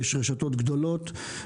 יש רשתות גדולות,